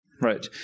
Right